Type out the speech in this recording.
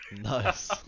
Nice